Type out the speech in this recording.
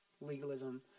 Legalism